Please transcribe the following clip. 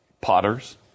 potters